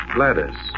Gladys